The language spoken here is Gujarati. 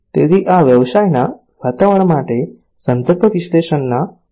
તેથી આ વ્યવસાયના વાતાવરણ માટે સંદર્ભ વિશ્લેષણના પ્રશ્નો છે